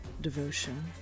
devotion